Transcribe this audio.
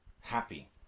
happy